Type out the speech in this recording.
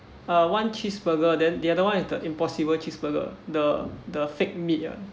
uh one cheeseburger then the other one is the impossible cheeseburger the the fake meat [one]